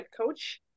coach